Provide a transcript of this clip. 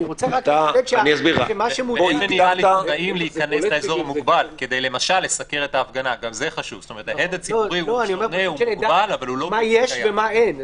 אני מחדד כדי שנדע מה יש ומה אין.